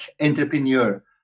entrepreneur